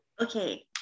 Okay